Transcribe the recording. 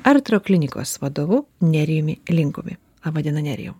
artro klinikos vadovu nerijumi linkumi laba diena nerijau